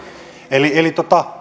eli eli